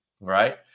right